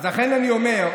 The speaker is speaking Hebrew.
לכן אני אומר,